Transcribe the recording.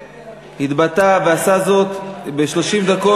התבטא ועשה זאת ב-30 דקות.